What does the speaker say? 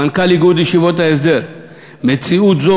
מנכ"ל איגוד ישיבות ההסדר: "מציאות זאת